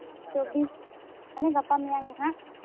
ᱪᱚᱵᱵᱤᱥ ᱢᱟᱱᱮ ᱜᱟᱯᱟ ᱢᱮᱭᱟᱝ ᱜᱮ ᱦᱟᱸᱜ